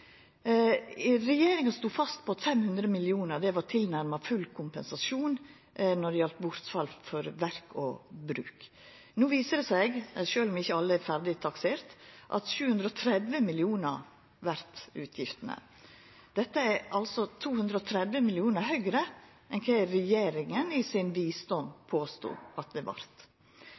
Regjeringa stod fast på at 500 mill. kr var tilnærma full kompensasjon når det gjaldt bortfall for verk og bruk. No viser det seg, sjølv om ikkje alle er ferdig takserte, at utgiftene vert 730 mill. kr. Dette er 230 mill. kr meir enn regjeringa i sin visdom påstod at det vart.